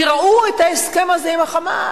כי ראו את ההסכם הזה עם ה"חמאס".